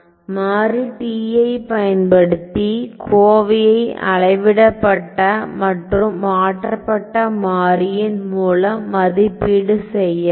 மாறி t ஐ பயன்படுத்தி கோவையை அளவிடப்பட்ட மற்றும் மாற்றப்பட்ட மாறியின் மூலம் மதிப்பீடு செய்யலாம்